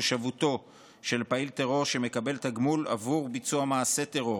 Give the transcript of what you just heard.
תושבותו של פעיל טרור שמקבל תגמול עבור ביצוע מעשה טרור,